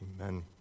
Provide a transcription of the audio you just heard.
Amen